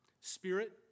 Spirit